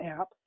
app